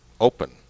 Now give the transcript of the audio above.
Open